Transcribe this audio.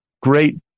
great